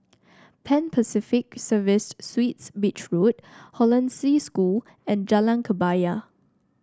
Pan Pacific Serviced Suites Beach Road Hollandse School and Jalan Kebaya